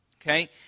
okay